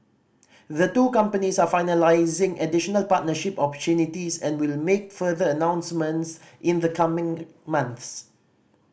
the two companies are finalising additional partnership opportunities and will make further announcements in the coming months